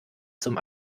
zum